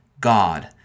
god